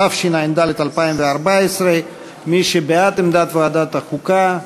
התשע"ד 2014. מי שבעד עמדת ועדת החוקה,